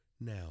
Now